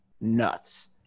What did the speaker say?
nuts